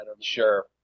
Sure